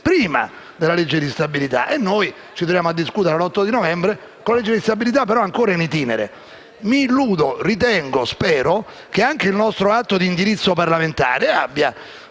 prima della legge di stabilità, mentre noi ci troviamo a discuterne l'8 novembre, con la legge di stabilità ancora *in itinere*. Mi illudo, ritengo e spero che anche il nostro atto di indirizzo parlamentare abbia